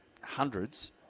hundreds